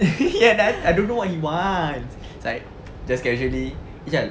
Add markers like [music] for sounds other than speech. [laughs] ya that's I don't know what he wants it's like just casually ijal